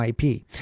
IP